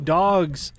dogs